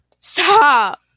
Stop